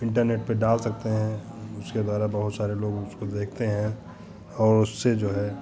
internet पर डाल सकते हैं उसके द्वारा बहुत सारे लोग उसको देखते हैं और उससे जो है